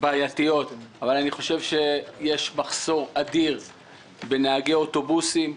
בעייתיות אבל אני חושב שיש מחסור אדיר בנהגי אוטובוסים.